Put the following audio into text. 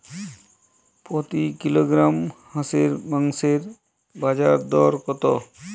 প্রতি কিলোগ্রাম হাঁসের মাংসের বাজার দর কত?